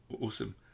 Awesome